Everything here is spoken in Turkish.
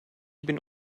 bin